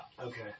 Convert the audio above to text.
Okay